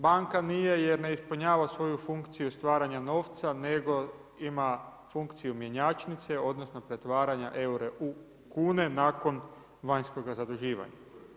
Banka nije jer ne ispunjava svoju funkciju stvaranja novca nego ima funkciju mjenjačnice odnosno pretvaranja eura u kune nakon vanjskoga zaduživanja.